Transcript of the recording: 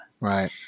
Right